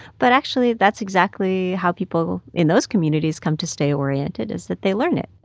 but actually, that's exactly how people in those communities come to stay oriented is that they learn it,